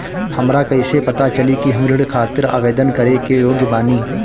हमरा कईसे पता चली कि हम ऋण खातिर आवेदन करे के योग्य बानी?